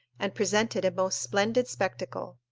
and presented a most splendid spectacle.